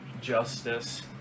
Justice